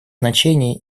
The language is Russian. значение